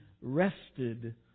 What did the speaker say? rested